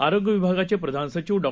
आरोग्यविभागाचेप्रधानसचिवडॉ